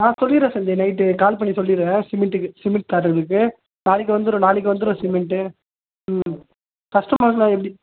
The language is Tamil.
ஆ சொல்லிடறேன் சஞ்ஜய் நைட்டு கால் பண்ணி சொல்லிடறேன் சிமெண்ட்டுக்கு சிமெண்ட் காட்டுறதுக்கு நாளைக்கு வந்துடும் நாளைக்கு வந்துடும் சிமெண்ட்டு ம் ம் கஸ்டமரெலாம் எப்படி